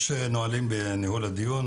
אנחנו מנהלים את הדיון, יש נהלים בניהול הדיון.